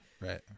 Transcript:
Right